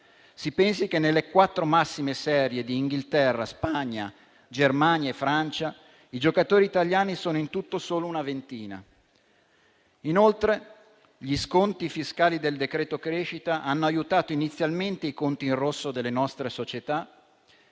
Si pensi che nelle quattro massime serie di Inghilterra, Spagna, Germania e Francia i giocatori italiani sono in tutto solo una ventina. Inoltre, gli sconti fiscali del decreto crescita hanno aiutato inizialmente i conti in rosso delle nostre società,